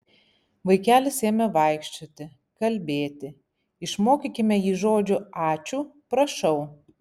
vaikelis ėmė vaikščioti kalbėti išmokykime jį žodžių ačiū prašau